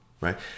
right